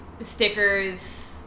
Stickers